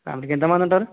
ఫ్యామిలీకి ఎంతమంది ఉంటారు